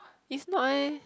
is not eh